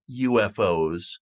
UFOs